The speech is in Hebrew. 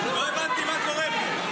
אנחנו סגרנו ב-15:00 --- לא הבנתי מה קורה פה.